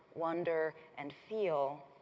wonder and feel,